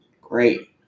Great